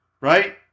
right